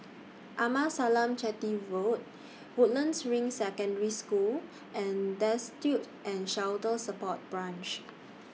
Amasalam Chetty Road Woodlands Ring Secondary School and Destitute and Shelter Support Branch